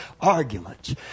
arguments